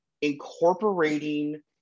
Incorporating